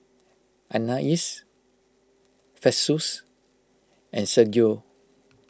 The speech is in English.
Anais Festus and Sergio